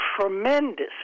tremendous